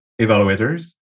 evaluators